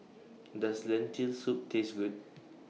Does Lentil Soup Taste Good